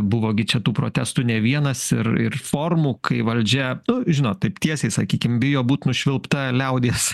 buvo gi čia tų protestų ne vienas ir ir formų kai valdžia žinot taip tiesiai sakykim bijo būt nušvilpta liaudies